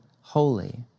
holy